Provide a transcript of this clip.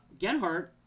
Genhart